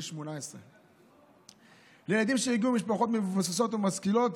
18. ילדים שהגיעו ממשפחות מבוססות ומשכילות,